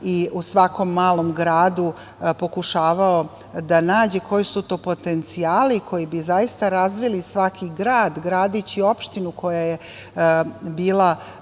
i u svakom malom gradu pokušavao da nađe koji su to potencijali koji bi zaista razvili svaki grad, gradić i opštinu koja je bila